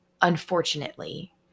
unfortunately